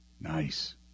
nice